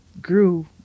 grew